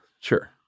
Sure